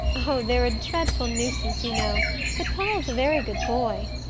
oh, they're a dreadful nuisance, you know but paul's a very good boy.